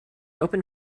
open